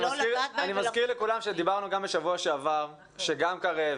אני מזכיר לכולנו שבשבוע שעבר דיברנו שגם קרן,